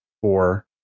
four